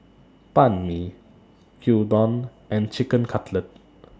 Banh MI Gyudon and Chicken Cutlet